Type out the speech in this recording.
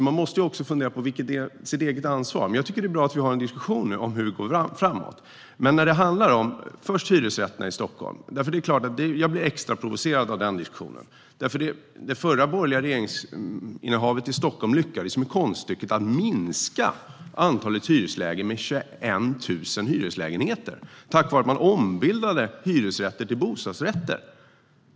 Man måste alltså fundera på det egna ansvaret, men jag tycker att det är bra att vi nu har en diskussion om hur vi går framåt. När det handlar om hyresrätterna i Stockholm är det klart att jag blir extra provocerad av den diskussionen. Det förra, borgerliga styret i Stockholm lyckades ju med konststycket att minska antalet hyresrätter med 21 000 genom att ombilda hyresrätter till bostadsrätter.